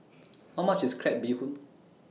How much IS Crab Bee Hoon